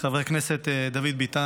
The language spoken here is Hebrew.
חבר הכנסת דוד ביטן.